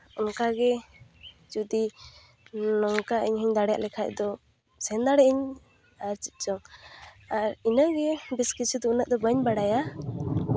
ᱚᱱᱠᱟᱜᱮ ᱡᱩᱫᱤ ᱱᱚᱝᱠᱟ ᱤᱧ ᱦᱚᱸᱧ ᱫᱟᱲᱮᱭᱟᱜ ᱞᱮᱠᱷᱟᱡ ᱫᱚ ᱥᱮᱱ ᱫᱟᱲᱮᱭᱟᱜ ᱟᱹᱧ ᱟᱨ ᱪᱮᱫ ᱪᱚᱝ ᱟᱨ ᱤᱱᱟᱹᱜᱮ ᱵᱮᱥ ᱠᱤᱪᱷᱩ ᱫᱚ ᱩᱱᱟᱹᱜ ᱫᱚ ᱵᱟᱹᱧ ᱵᱟᱲᱟᱭᱟ